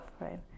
right